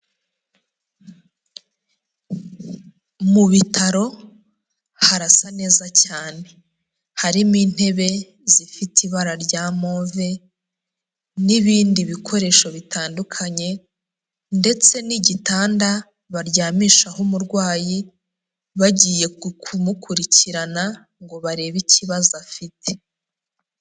Mu bitaro harasa neza cyane, harimo intebe zifite ibara rya move n'ibindi bikoresho bitandukanye, ndetse n'igitanda baryamishaho umurwayi, bagiye kumukurikirana ngo barebe ikibazo afite.